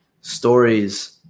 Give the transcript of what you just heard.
stories